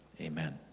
Amen